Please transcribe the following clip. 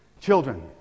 children